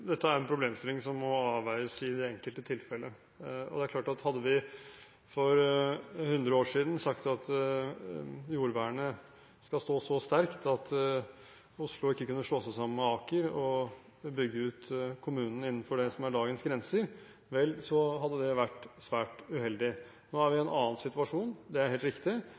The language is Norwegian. klart at hadde vi for hundre år siden sagt at jordvernet skal stå så sterkt at Oslo ikke kan slå seg sammen med Aker og bygge ut kommunen innenfor det som er dagens grenser, hadde det vært svært uheldig. Nå er vi i en annen situasjon. Det er helt riktig.